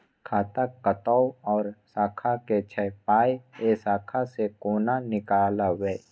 खाता कतौ और शाखा के छै पाय ऐ शाखा से कोना नीकालबै?